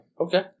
Okay